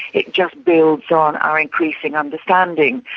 it just builds on our increasing understanding.